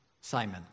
Simon